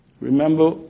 remember